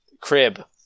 Crib